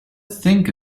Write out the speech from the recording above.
think